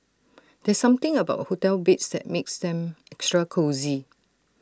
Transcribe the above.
there's something about hotel beds that makes them extra cosy